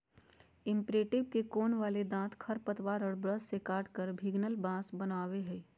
imprinter के कोण वाले दांत खरपतवार और ब्रश से काटकर भिन्गल घास बनावैय हइ